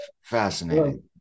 Fascinating